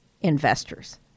investors